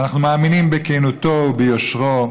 ואנחנו מאמינים בכנותו וביושרו,